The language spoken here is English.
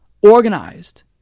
organized